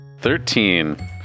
Thirteen